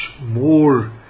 more